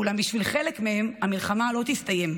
אולם בשביל חלק מהם המלחמה לא תסתיים,